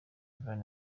von